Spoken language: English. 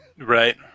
Right